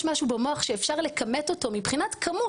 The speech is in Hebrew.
משהו במוח שאפשר לכמת אותו מבחינת כמות?